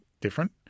different